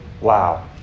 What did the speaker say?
Wow